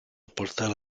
portare